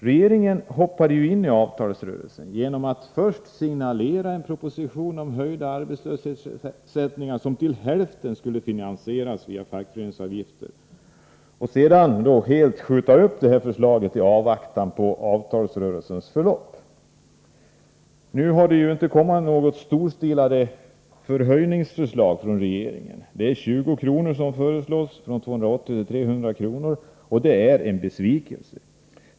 Regeringen hoppade ju in i avtalsrörelsen genom att först signalera en proposition om höjda arbetslöshetsersättningar, som till hälften skulle finansieras via fackföreningsavgifter, och sedan helt uppskjuta detta förslag i avvaktan på avtalsrörelsens förlopp. Men det har ju inte kommit något storstilat förhöjningsförslag från regeringen. Vad man föreslår är en höjning med 20 kr., dvs. från 280 kr. till 300 kr., och det är en besvikelse.